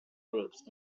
groups